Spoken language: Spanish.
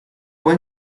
fue